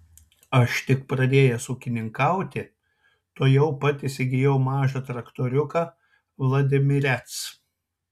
aš tik pradėjęs ūkininkauti tuojau pat įsigijau mažą traktoriuką vladimirec